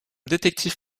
détective